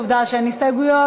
מפאת העובדה שאין הסתייגויות,